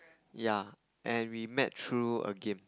ya and we met through a game